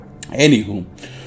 Anywho